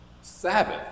Sabbath